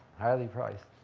highly-priced.